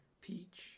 Peach